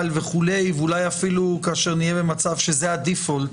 וכולי ואולי אפילו כאשר נהיה במצב שזו ברירת המחדל,